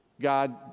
God